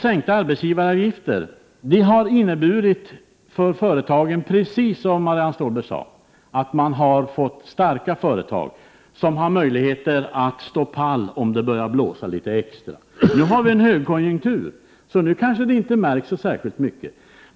Sänkta arbetsgivaravgifter för företagen i Norrbotten har inneburit, precis som Marianne Stålberg sade, att man där har fått starka företag som har möjlighet att stå pall om det börjar blåsa litet extra. Nu har vi en högkonjunktur, så nu kanske det inte märks särskilt mycket.